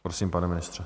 Prosím, pane ministře.